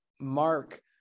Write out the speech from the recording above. mark